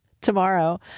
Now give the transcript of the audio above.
tomorrow